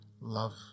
love